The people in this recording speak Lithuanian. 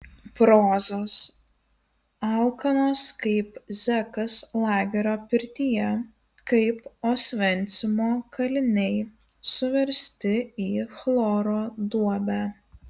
prozos alkanos kaip zekas lagerio pirtyje kaip osvencimo kaliniai suversti į chloro duobę